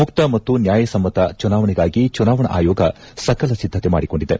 ಮುಕ್ತ ಮತ್ತು ನ್ಯಾಯ ಸಮ್ಮತ ಚುನಾವಣೆಗಾಗಿ ಚುನಾವಣಾ ಆಯೋಗ ಸಕಲ ಸಿದ್ದತೆ ಮಾಡಿಕೊಂಡಿದೆ